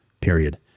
period